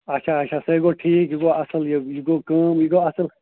اچھا اچھا سُے گوٚو ٹھیٖک یہِ گوٚو اَصٕل یہِ یہِ گوٚو کٲم یہِ گوٚو اَصٕل